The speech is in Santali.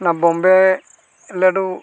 ᱚᱱᱟ ᱵᱳᱢᱵᱮ ᱞᱟᱹᱰᱩ